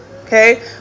okay